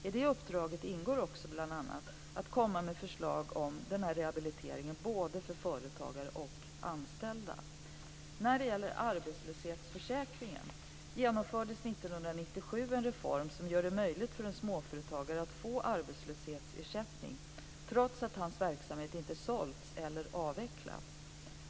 I uppdraget ingår bl.a. att komma med förslag om den här rehabiliteringen både för företagare och för anställda. När det gäller arbetslöshetsförsäkringen genomfördes 1997 en reform som gör det möjligt för en småföretagare att få arbetslöshetsersättning trots att hans verksamhet inte sålts eller avvecklats.